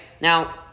Now